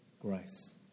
grace